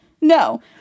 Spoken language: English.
No